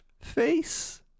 face